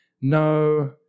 no